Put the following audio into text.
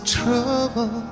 trouble